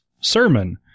sermon